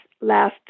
last